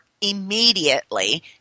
immediately